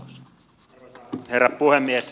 arvoisa herra puhemies